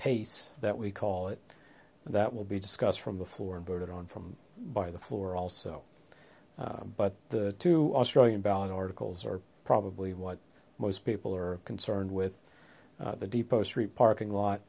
pace that we call it that will be discussed from the floor and voted on from by the floor also but the two australian ballot articles are probably what most people are concerned with the depot street parking lot